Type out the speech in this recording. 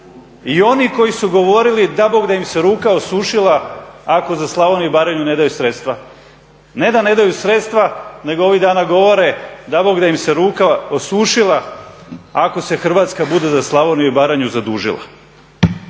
i oni koji su govorili da Bog da im se ruka osušila ako za Slavoniju i Baranju ne daju sredstva. Ne da ne daju sredstva nego ovih dana govore da Bog da im se ruka osušila ako se Hrvatska bude za Slavoniju i Baranju zadužila.